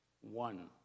one